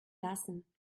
lassen